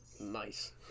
Nice